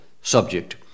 subject